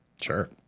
Sure